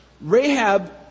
Rahab